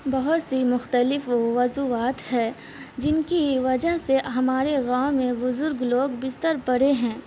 بہت سی مختلف وجوہات ہے جن کی وجہ سے ہمارے گاؤں میں بزرگ لوگ بستر بڑے ہیں